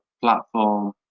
platform